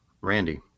Randy